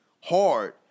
hard